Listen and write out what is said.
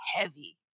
heavy